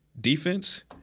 defense